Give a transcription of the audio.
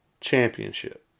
championship